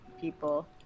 people